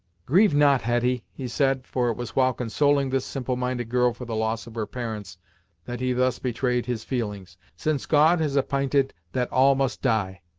grieve not, hetty, he said, for it was while consoling this simple-minded girl for the loss of her parents that he thus betrayed his feelings, since god has app'inted that all must die.